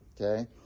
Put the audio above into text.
Okay